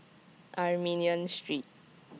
Armenian Street